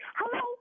hello